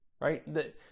right